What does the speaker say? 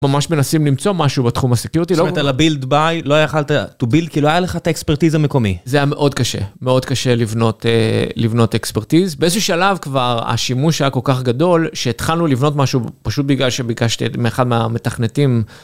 ממש מנסים למצוא משהו בתחום הסקיוריטי, לא? זאת אומרת על ה-build buy, לא יכלת to build, כי לא היה לך את האקספרטיז המקומי. זה היה מאוד קשה, מאוד קשה לבנות אקספרטיז. באיזשהו שלב כבר השימוש היה כל כך גדול, שהתחלנו לבנות משהו פשוט בגלל שביקשתי מאחד מהמתכנתים.